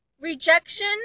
Rejection